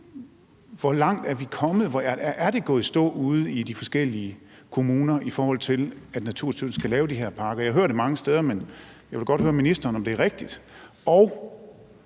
Hvor langt er vi kommet, og er det gået i stå ude i de forskellige kommuner, i forhold til at Naturstyrelsen skal lave de her parker? Jeg hører det mange steder, men jeg vil godt høre ministeren, om det er rigtigt.